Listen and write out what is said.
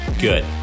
Good